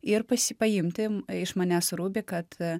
ir pasi paimti iš manęs rubį kad